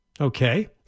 Okay